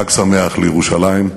חג שמח לירושלים,